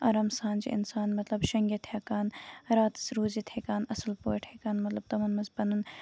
آرام سان چھُ اِنسان مطلب شینگِتھ ہٮ۪کان راتَس روزِتھ ہٮ۪کان اَصٕل پٲٹھۍ ہٮ۪کان مطلب تمَن منٛز پَنُن